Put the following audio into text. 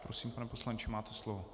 Prosím, pane poslanče, máte slovo.